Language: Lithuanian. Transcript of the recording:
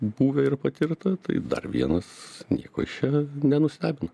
buvę ir patirta tai dar vienas nieko čia nenustebino